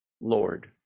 Lord